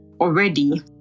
Already